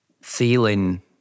feeling